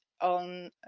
on